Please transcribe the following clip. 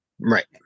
Right